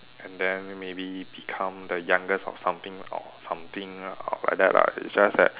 and then maybe become the youngest of something or something or like that lah it's just a